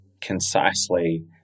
concisely